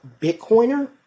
bitcoiner